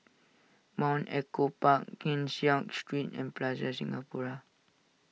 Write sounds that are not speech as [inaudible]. Mount Echo Park Keng [unintelligible] Street and Plaza Singapura